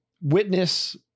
witness